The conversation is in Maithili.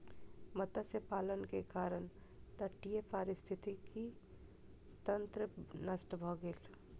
मत्स्य पालन के कारण तटीय पारिस्थितिकी तंत्र नष्ट भ गेल